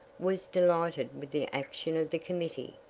was delighted with the action of the committee.